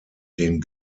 den